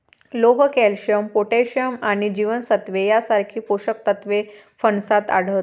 लोह, calcium, potassium आणि जीवनसत्त्वे यांसारखी पोषक तत्वे फणसात आढळतात